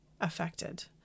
affected